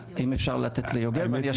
אם אפשר לתת ליוגב, אני אשלים.